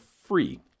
free